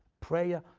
prayer,